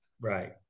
right